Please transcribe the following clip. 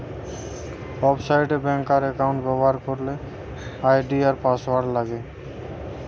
website এ ব্যাংকার account ব্যবহার করলে আই.ডি আর পাসওয়ার্ড লাগে